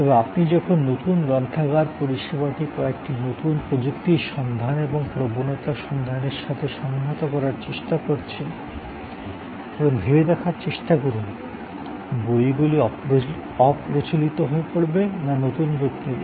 তবে আপনি যখন নতুন গ্রন্থাগার পরিষেবাটি কয়েকটি নতুন প্রযুক্তির সন্ধান এবং প্রবণতা সন্ধানের সাথে সংহত করার চেষ্টা করছেন তখন ভেবে দেখার চেষ্টা করুন বইগুলি অপ্রচলিত হয়ে পড়বে না নতুন রূপ নেবে